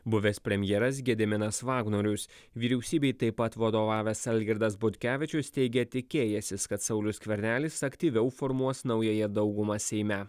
buvęs premjeras gediminas vagnorius vyriausybei taip pat vadovavęs algirdas butkevičius teigė tikėjęsis kad saulius skvernelis aktyviau formuos naująją daugumą seime